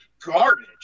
garbage